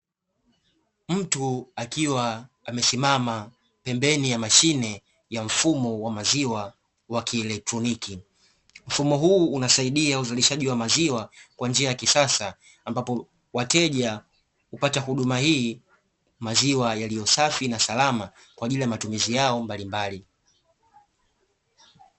Mtu akiwa amesimama pembeni ya mashine ya mfumo wa maziwa wa kieletroniki. Mfumo huu unasaidia uzalishaji wa maziwa kwa njia ya kisasa ambapo wateja hupata huduma hii maziwa yalio safi na salama, kwa ajili ya matumizi yao mbalimbali.